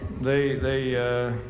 they—they